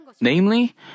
Namely